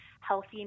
healthy